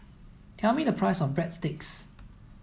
tell me the price of Breadsticks